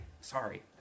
Sorry